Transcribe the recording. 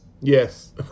yes